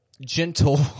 Gentle